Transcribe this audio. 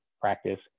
practice